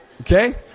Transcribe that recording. okay